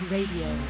Radio